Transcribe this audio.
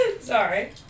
Sorry